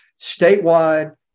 statewide